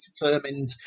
determined